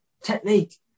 technique